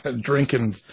drinking